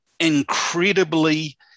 incredibly